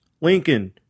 Lincoln